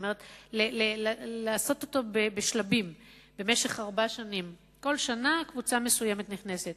כלומר לעשות אותו בשלבים במשך ארבע שנים כך שכל שנה קבוצה מסוימת נכנסת.